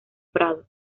prado